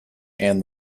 and